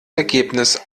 ergebnis